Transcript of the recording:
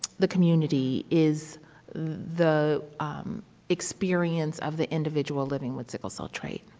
the community is the experience of the individual living with sickle cell trait.